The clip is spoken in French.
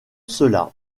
cela